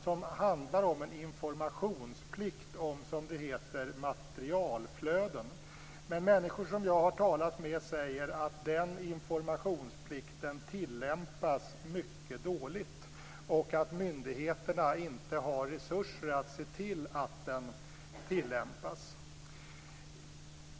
Den handlar om en informationsplikt om, som det heter, materialflöden. Men människor som jag har talat med säger att denna informationsplikt tillämpas mycket dåligt och att myndigheterna inte har resurser att se till att den tillämpas.